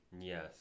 Yes